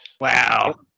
wow